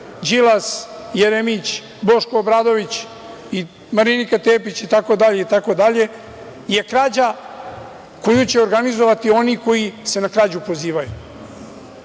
Đilas, Jeremić, Boško Obradović i Marinika Tepić, itd, je krađa koju će organizovati oni koji se na krađu pozivaju. Srpska